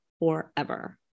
forever